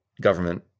government